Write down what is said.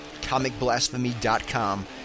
...comicblasphemy.com